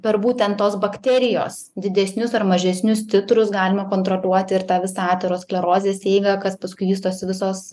per būtent tos bakterijos didesnius ar mažesnius titrus galima kontroliuoti ir tą visą aterosklerozės eigą kas paskui vystosi visos